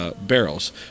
Barrels